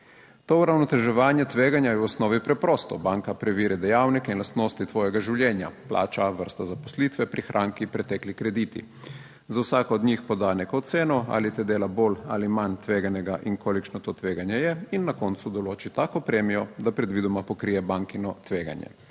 To uravnoteževanje tveganja je v osnovi preprosto: banka preverja dejavnike in lastnosti tvojega življenja; plača, vrsta zaposlitve, prihranki, pretekli krediti. Za vsako od njih poda neko oceno, ali te dela bolj ali manj tveganega in kolikšno to tveganje je, in na koncu določi tako premijo, da predvidoma pokrije bankino tveganje